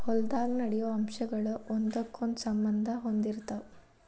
ಹೊಲದಾಗ ನಡೆಯು ಅಂಶಗಳ ಒಂದಕ್ಕೊಂದ ಸಂಬಂದಾ ಹೊಂದಿರತಾವ